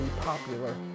popular